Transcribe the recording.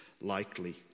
likely